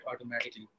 automatically